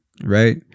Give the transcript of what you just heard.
right